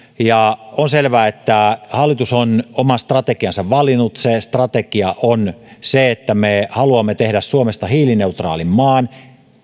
on selvää että hallitus on oman strategiansa valinnut se strategia on se että me haluamme tehdä suomesta hiilineutraalin maan